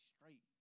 straight